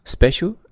Special